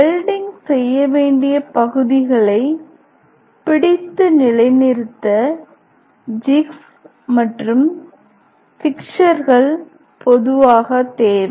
welding செய்ய வேண்டிய பகுதிகளை பிடித்து நிலைநிறுத்த ஜிக்ஸ் மற்றும் பிக்ஸர்கள் பொதுவாக தேவை